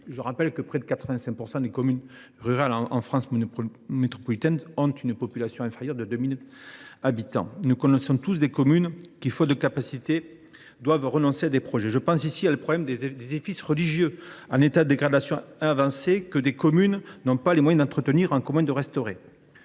Cela concerne près de 85 % des communes en France métropolitaine, qui ont une population inférieure à 2 000 habitants. Nous connaissons tous des communes qui, faute de capacités, doivent renoncer à des projets. Je pense, ici, au problème des édifices religieux en état de dégradation avancée que les communes n’ont pas les moyens d’entretenir et encore moins de restaurer.